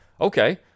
Okay